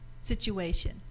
situation